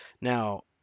Now